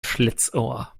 schlitzohr